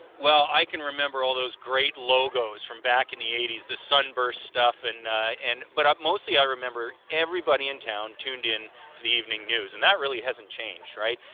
well i can remember all those great logos from back in the eighty s the sun burst stuff. and and but mostly i remember everybody in town tuned in to the evening news, and that really hasn't changed, right?